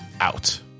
out